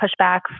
pushback